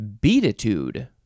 beatitude